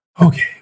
Okay